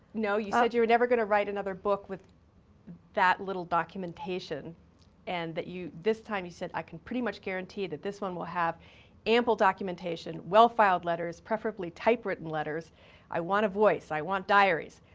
no. you said you were never going to write another book with that little documentation and that you this time you said, i can pretty much guarantee that this one will have ample documentation, well-filed letters, preferably typewritten letters i want a voice, i want diaries.